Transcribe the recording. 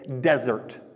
desert